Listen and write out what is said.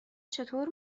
چطور